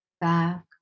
back